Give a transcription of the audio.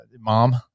mom